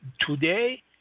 Today